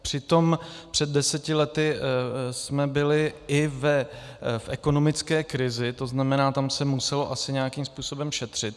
Přitom před deseti lety jsme byli i v ekonomické krizi, to znamená, tam se muselo asi nějakým způsobem šetřit.